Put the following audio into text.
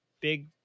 big